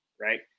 right